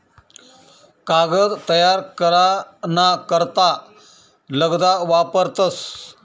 कागद तयार करा ना करता लगदा वापरतस